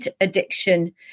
addiction